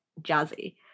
jazzy